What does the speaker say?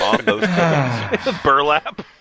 Burlap